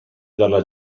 dalla